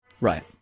Right